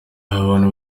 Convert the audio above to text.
abantu